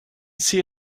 see